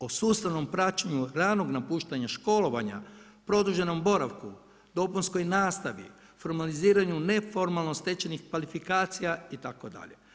O sustavnom, praćenju ranog napuštanju školovanja, produženom boravku, dopunskoj nastavi, formaliziranju neformalno stečenih kvalifikacija itd.